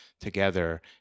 together